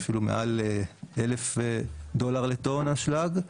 אפילו מעל אלף דולר לטון אשלג,